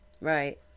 Right